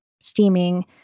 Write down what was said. steaming